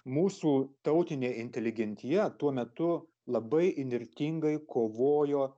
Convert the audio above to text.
mūsų tautinė inteligentija tuo metu labai įnirtingai kovojo